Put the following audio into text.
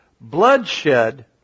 bloodshed